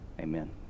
Amen